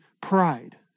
pride